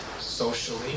socially